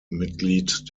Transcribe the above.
mitglied